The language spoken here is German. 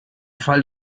fall